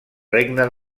regne